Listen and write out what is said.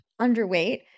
underweight